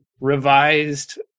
revised